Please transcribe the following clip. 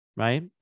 Right